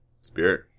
Spirit